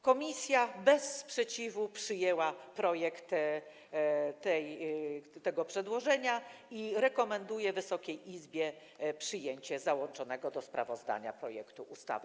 Komisja bez sprzeciwu przyjęła projekt tego przedłożenia i rekomenduje Wysokiej Izbie przyjęcie załączonego do sprawozdania projektu ustawy.